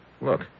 Look